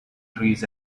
trees